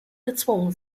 gezwungen